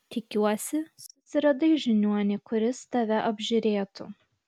tikiuosi susiradai žiniuonį kuris tave apžiūrėtų